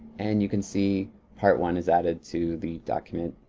and you can see part one is added to the document,